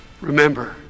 remember